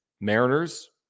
mariners